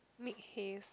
make haste